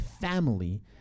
family